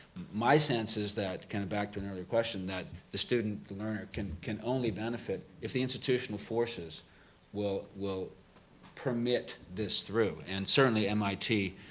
my sense is that, kind of back to an earlier question, that the student learner can can only benefit if the institutional forces will will permit this through. and certainly mit